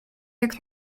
jak